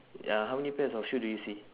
ya how many pairs of shoe do you see